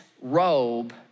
robe